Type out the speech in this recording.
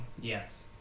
Yes